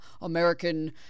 American